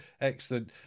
Excellent